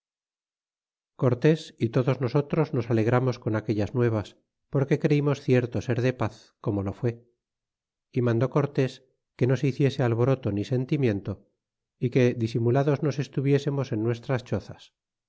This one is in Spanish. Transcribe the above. cortés y todos nosotros nos alegramos con aquellas nuevas porque creimos cierto ser de paz como lo fue y mandó cortés que no se hiciese alboroto ni sentimiento y que disimulados nos estuviésemos en nuestras chozas